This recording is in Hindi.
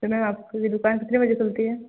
तो मैम आपकी ये दुकान कितने बजे खुलती है